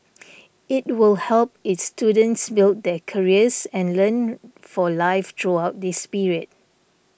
it will help its students build their careers and learn for life throughout this period